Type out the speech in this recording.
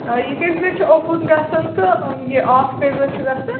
آ یہِ کٔژ بَجہِ چھُ اوٚپُن گَژھان تہٕ یہِ آف کٔژ بجہِ چھُ گَژھان